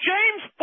James